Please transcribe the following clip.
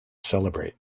celebrate